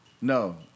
No